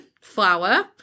flour